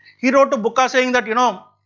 he wrote to bukka saying that you know,